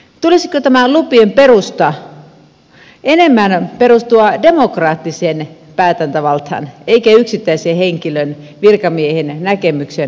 tulisiko tämän lupien perustan enemmän perustua demokraattiseen päätäntävaltaan eikä yksittäisen henkilön virkamiehen näkemykseen asioista